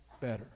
better